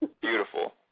Beautiful